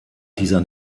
dieser